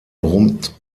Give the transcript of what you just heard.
rund